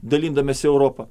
dalindamiesi europą